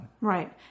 Right